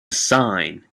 assigned